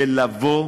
לבוא